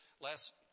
last